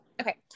Okay